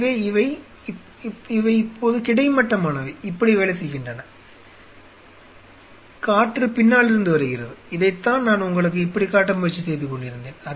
எனவே இப்போது கிடைமட்டமானவை இப்படி வேலை செய்கின்றன காற்று பின்னால் இருந்து வருகிறது இதைத்தான் நான் உங்களுக்கு இப்படி காட்ட முயற்சி செய்துகொண்டிருந்தேன்